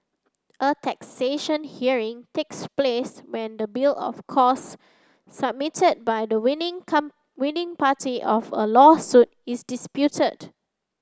a taxation hearing takes place when the bill of costs submitted by the winning come winning party of a lawsuit is disputed